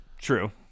True